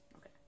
Okay